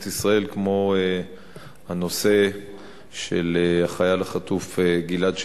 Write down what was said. ישראל כמו הנושא של החייל החטוף גלעד שליט,